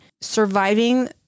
surviving